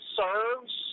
serves